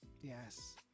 Yes